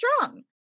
strong